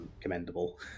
commendable